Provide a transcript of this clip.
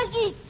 he